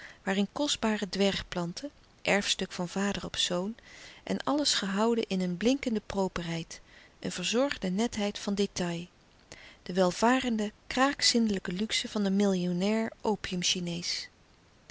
waarin kostbare dwergplanten erfstuk van vader op zoon en alles gehouden in een blinkende properheid een verzorgde netheid van détail de welvarende kraakzindelijke luxe van een millionair